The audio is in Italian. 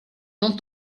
non